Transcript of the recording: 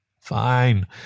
Fine